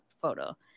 photo